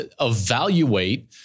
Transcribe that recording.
evaluate